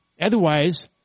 Otherwise